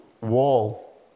wall